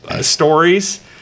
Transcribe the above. stories